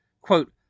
quote